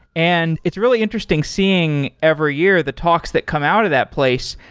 and it's really interesting seeing every year the talks that come out of that place.